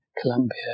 Colombia